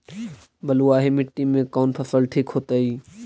बलुआही मिट्टी में कौन फसल ठिक होतइ?